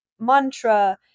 mantra